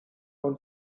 want